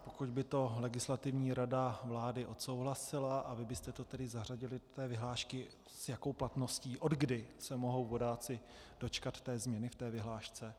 Pokud by to Legislativní rada vlády odsouhlasila a vy byste to tedy zařadili do té vyhlášky s jakou platností, odkdy se mohou vodáci dočkat té změny v té vyhlášce.